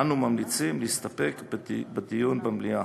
אנו ממליצים להסתפק בדיון במליאה.